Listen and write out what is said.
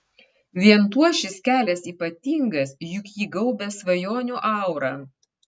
vien tuo šis kelias ypatingas juk jį gaubia svajonių aura